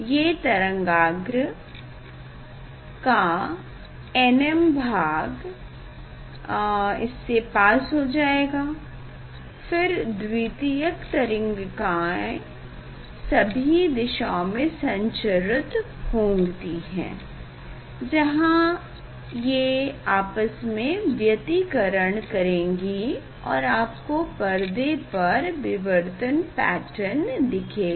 ये तरंगाग्र का nm भाग इससे पास हो पाएगा फिर द्वितीयक तरंगिकाओं सभी दिशा में संचारित होती हैं जहाँ ये आपस में व्यतिकरण करेगी और आपको पर्दे पर विवर्तन पैटर्न दिखेगा